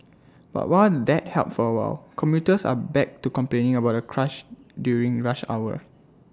but while that helped for A while commuters are back to complaining about the crush during rush hour